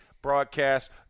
broadcast